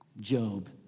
Job